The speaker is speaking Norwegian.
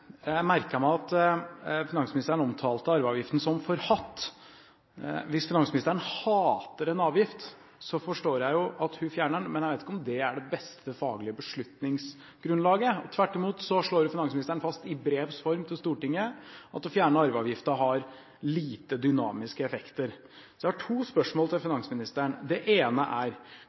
Jeg merket meg at finansministeren omtalte arveavgiften som forhatt. Hvis finansministeren hater en avgift, forstår jeg at hun fjerner den, men jeg vet ikke om det er det beste faglige beslutningsgrunnlaget. Tvert imot slår finansministeren fast i brevs form til Stortinget at det å fjerne arveavgiften har liten dynamisk effekt. Jeg har to spørsmål til finansministeren. Det ene er: